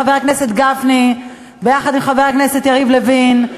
חבר הכנסת גפני ביחד עם חבר הכנסת יריב לוין,